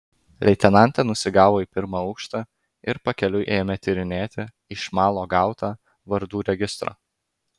leitenantė nusigavo į pirmą aukštą ir pakeliui ėmė tyrinėti iš malo gautą vardų registrą